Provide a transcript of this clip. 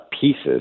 pieces